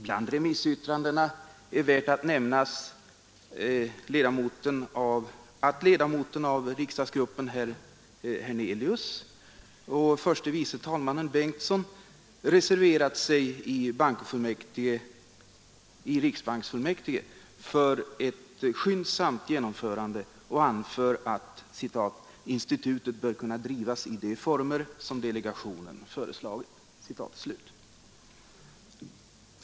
Bland remissyttrandena är värt att nämnas att ledamoten av moderata riksdagsgruppen herr Hernelius och förste vice talmannen Bengtson reserverat sig i riksbanksfullmäktige för ett skyndsamt genomförande och anfört att ”institutet bör kunna drivas i de former som delegationen föreslagit”.